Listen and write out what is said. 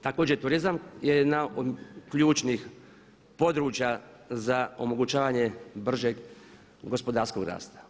Također turizam je jedna od ključnih područja za omogućavanje bržeg gospodarskog rasta.